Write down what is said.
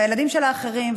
והילדים של האחרים,